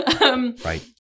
right